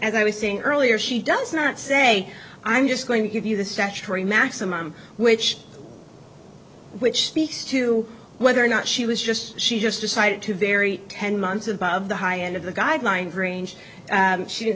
as i was saying earlier she does not say i'm just going to give you the statutory maximum which which speaks to whether or not she was just she just decided to vary ten months above the high end of the guidelines range she